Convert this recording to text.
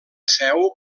seu